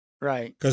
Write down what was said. Right